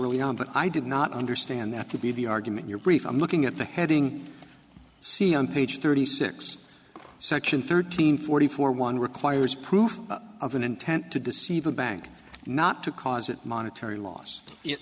am but i did not understand that to be the argument your brief i'm looking at the heading see on page thirty six section thirteen forty four one requires proof of an intent to deceive a bank not to cause it monetary los